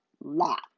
Lot